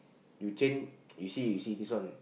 you change you see you see this one